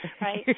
right